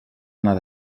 anar